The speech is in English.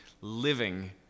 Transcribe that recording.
living